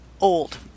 old